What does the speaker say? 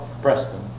Preston